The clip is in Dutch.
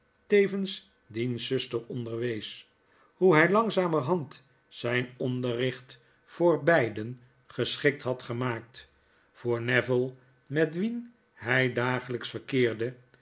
tevens diens zuster onderwees hoe hij langzamerband zijn onderricht voor beiden geschikt had gemaakt voor neville met wien hij dagelijks verkeerde